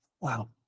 Wow